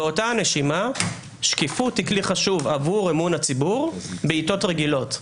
באותה נשימה שקיפות היא כלי חשוב עבור אמון הציבור בעתות רגילות,